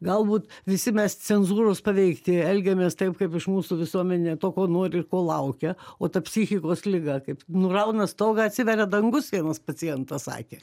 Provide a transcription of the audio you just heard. galbūt visi mes cenzūros paveikti elgiamės taip kaip iš mūsų visuomenė to ko nori ir ko laukia o ta psichikos liga kaip nurauna stogą atsiveria dangus vienas pacientas sakė